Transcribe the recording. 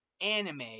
anime